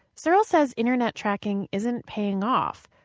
searls says internet tracking isn't paying off.